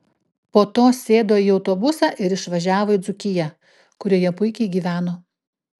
po to sėdo į autobusą ir išvažiavo į dzūkiją kurioje puikiai gyveno